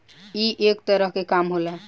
ई एक तरह के काम होला